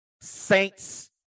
Saints